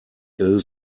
ill